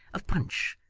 of punch,